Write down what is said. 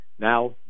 Now